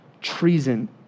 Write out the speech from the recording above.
treason